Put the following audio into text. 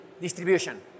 distribution